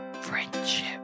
Friendship